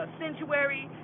sanctuary